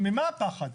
ממה הפחד?